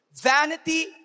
Vanity